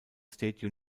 state